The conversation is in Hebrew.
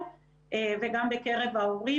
אני מבקש שתתני לנו את תמונת ההיערכות אצלכם.